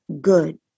good